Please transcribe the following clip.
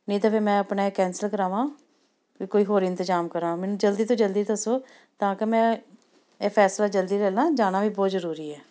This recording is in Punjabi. ਨਹੀਂ ਤਾਂ ਫਿਰ ਮੈਂ ਆਪਣਾ ਇਹ ਕੈਂਸਲ ਕਰਾਵਾਂ ਅਤੇ ਕੋਈ ਹੋਰ ਇੰਤਜਾਮ ਕਰਾਂ ਮੈਨੂੰ ਜਲਦੀ ਤੋਂ ਜਲਦੀ ਦੱਸੋ ਤਾਂ ਕਿ ਮੈਂ ਇਹ ਫੈਸਲਾ ਜਲਦੀ ਲੈ ਲਵਾਂ ਜਾਣਾ ਵੀ ਬਹੁਤ ਜ਼ਰੂਰੀ ਹੈ